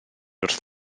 wrth